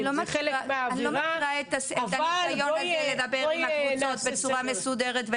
זה חלק מהאווירה, אבל בואי נעשה סדר.